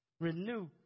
renew